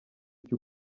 icyo